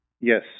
Yes